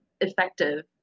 effective